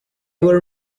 were